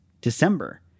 December